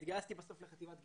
התגייסתי בסוף ליחידת גבעתי,